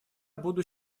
буду